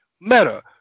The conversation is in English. Meta